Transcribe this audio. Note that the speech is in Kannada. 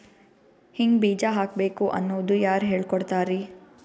ಹಿಂಗ್ ಬೀಜ ಹಾಕ್ಬೇಕು ಅನ್ನೋದು ಯಾರ್ ಹೇಳ್ಕೊಡ್ತಾರಿ?